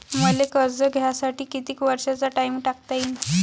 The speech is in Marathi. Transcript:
मले कर्ज घ्यासाठी कितीक वर्षाचा टाइम टाकता येईन?